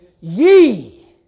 Ye